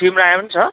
सिमरायो पनि छ